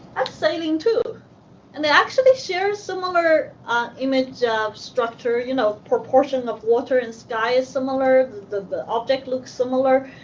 that's sailing too and they actually share similar image structure, you know, proportion of water and sky is similar, the object looks similar.